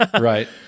Right